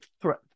threat